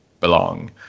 belong